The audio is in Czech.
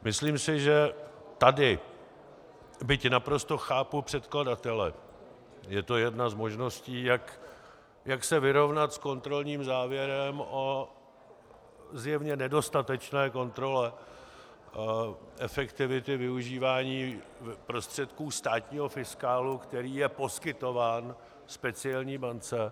Myslím si, že tady, byť naprosto chápu předkladatele, je to jedna z možností, jak se vyrovnat s kontrolním závěrem o zjevně nedostatečné kontrole efektivity využívání prostředků státního fiskálu, který je poskytován speciální bance.